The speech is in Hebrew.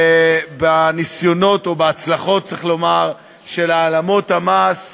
בניסיונות, או בהצלחות, צריך לומר, של העלמת מס,